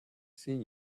see